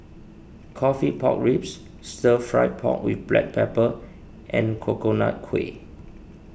Coffee Pork Ribs Stir Fried Pork with Black Pepper and Coconut Kuih